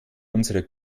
unserer